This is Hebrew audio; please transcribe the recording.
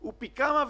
הוא פי כמה וכמה.